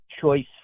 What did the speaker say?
choice